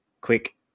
quick